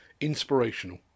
Inspirational